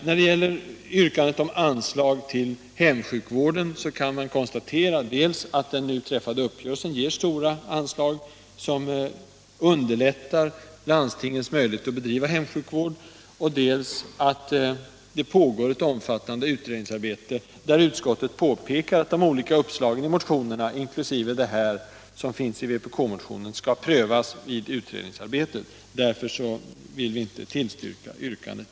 När det gäller yrkandet om anslag till hemsjukvården kan man konstatera dels att den nu träffade uppgörelsen ger stora anslag, som underlättar landstingens möjligheter att bedriva hemsjukvård, dels att det pågår ett omfattande utredningsarbete. Utskottet påpekar att de olika uppslag som finns i motionerna, inkl. vpk-motionen, skall prövas vid utredningsarbetet. Därför vill vi inte tillstyrka detta yrkande.